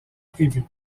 prévue